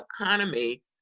economy